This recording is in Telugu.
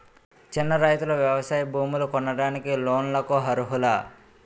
చిన్న రైతులు వ్యవసాయ భూములు కొనడానికి లోన్ లకు అర్హులా?